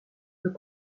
peut